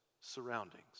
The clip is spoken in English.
surroundings